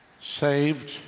Saved